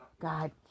God